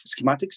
schematics